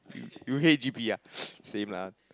you hate G_P ah same lah